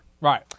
Right